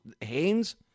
Haynes